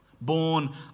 born